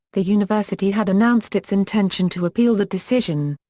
the university had announced its intention to appeal the decision.